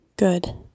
Good